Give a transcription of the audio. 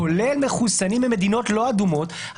כולל מחוסנים ממדינות לא אדומות,